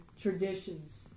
traditions